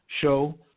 show